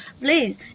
please